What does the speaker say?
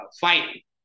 fight